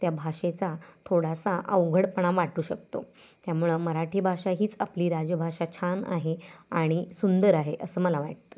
त्या भाषेचा थोडासा अवघडपणा वाटू शकतो त्यामुळं मराठी भाषा हीच आपली राजभाषा छान आहे आणि सुंदर आहे असं मला वाटतं